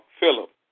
Philip